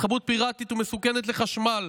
התחברות פיראטית ומסוכנת לחשמל,